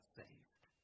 saved